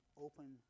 open